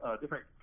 different